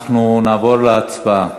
אנחנו נעבור להצבעה.